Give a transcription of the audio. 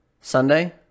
Sunday